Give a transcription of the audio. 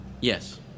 Yes